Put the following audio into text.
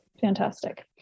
Fantastic